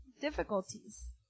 difficulties